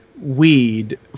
weed